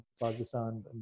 Pakistan